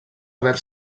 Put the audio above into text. haver